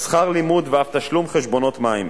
שכר לימוד ואף תשלומי חשבונות מים.